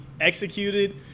executed